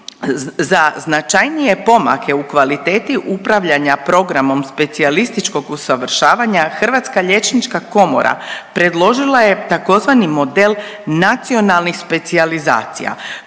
Za značajnije pomake u kvaliteti upravljanja programom specijalističkog usavršavanja Hrvatska liječnička komora predložila je tzv. model nacionalnih specijalizacija